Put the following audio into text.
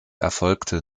erfolgte